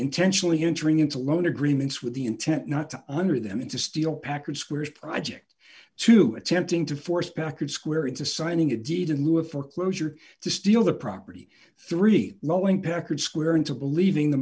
intentionally entering into loan agreements with the intent not to under them and to steal packard squares project to attempting to force packard square into signing a deed in lieu of foreclosure to steal the property three lowing packard square into believing the